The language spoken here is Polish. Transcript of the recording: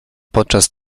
podczas